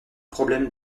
problème